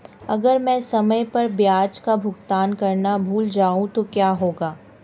अगर मैं समय पर ब्याज का भुगतान करना भूल जाऊं तो क्या होगा?